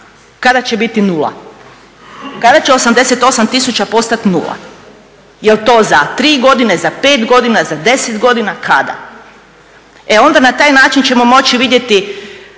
kada će biti 0? Kada će 88 tisuća postati nula? Jel to za 3 godine, za 5 godina, za 10 godina, kada? E onda na taj način ćemo moći vidjeti